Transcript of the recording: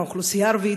האוכלוסייה הערבית.